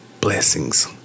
blessings